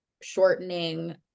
shortening